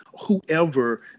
whoever